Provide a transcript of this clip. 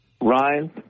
Ryan